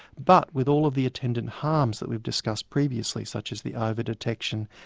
but with all of the attendant harms that we've discussed previously such as the over-detection,